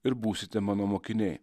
ir būsite mano mokiniai